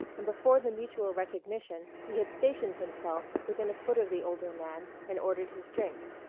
and before the mutual recognition he had stationed himself within a foot of the older man and ordered his drink,